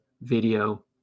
video